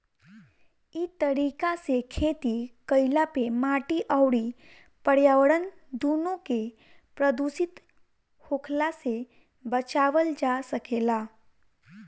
इ तरीका से खेती कईला पे माटी अउरी पर्यावरण दूनो के प्रदूषित होखला से बचावल जा सकेला